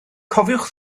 cofiwch